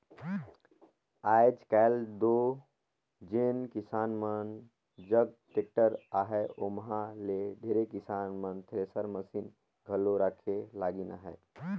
आएज काएल दो जेन किसान मन जग टेक्टर अहे ओमहा ले ढेरे किसान मन थेरेसर मसीन घलो रखे लगिन अहे